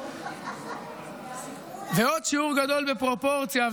ועוד שיעור גדול בפרופורציה,